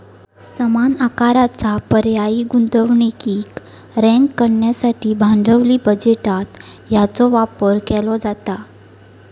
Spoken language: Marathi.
समान आकाराचा पर्यायी गुंतवणुकीक रँक करण्यासाठी भांडवली बजेटात याचो वापर केलो जाता